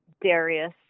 Darius